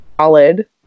solid